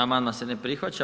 Amandman se ne prihvaća.